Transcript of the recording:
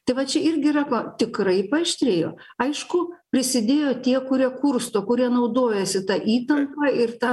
tai va čia irgi yra ko tikrai paaštrėjo aišku prisidėjo tie kurie kursto kurie naudojasi ta įtampa ir ta